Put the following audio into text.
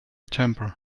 temper